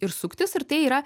ir suktis ir tai yra